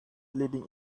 leading